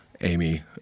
Amy